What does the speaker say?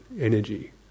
energy